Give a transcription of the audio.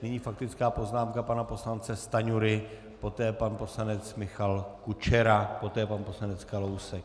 Nyní faktická poznámka pana poslance Stanjury, poté pan poslanec Michal Kučera, poté pan poslanec Kalousek.